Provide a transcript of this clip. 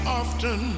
often